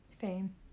Fame